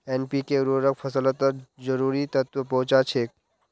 NPK उर्वरक फसलत जरूरी तत्व पहुंचा छेक